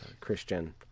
Christian